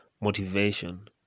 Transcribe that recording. motivation